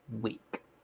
week